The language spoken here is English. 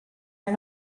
are